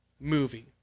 movie